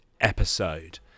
episode